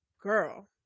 girl